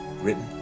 Written